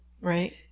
Right